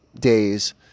days